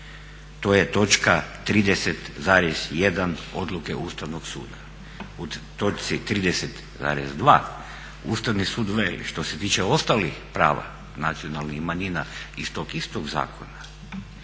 To je točka 30,1 odluke Ustavnog suda. U točci 30,2 Ustavni sud veli što se tiče ostalih prava nacionalnih manjina iz tog istog zakona